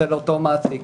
אצל אותו מעסיק.